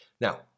Now